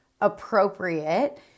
appropriate